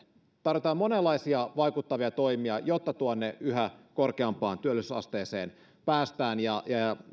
tarvitaan monenlaisia vaikuttavia toimia jotta tuonne yhä korkeampaan työllisyysasteeseen päästään